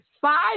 five